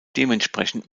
dementsprechend